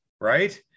right